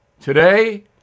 Today